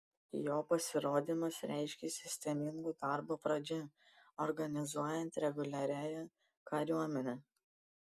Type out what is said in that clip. jo pasirodymas reiškė sistemingo darbo pradžią organizuojant reguliariąją kariuomenę